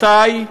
מתי,